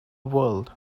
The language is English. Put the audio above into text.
world